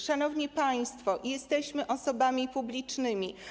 Szanowni państwo, jesteśmy osobami publicznymi.